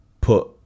put